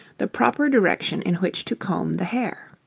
the proper direction in which to comb the hair.